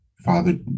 father